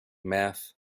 meth